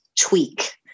tweak